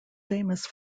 famous